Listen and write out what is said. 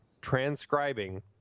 transcribing